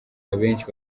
abenshi